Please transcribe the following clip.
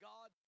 God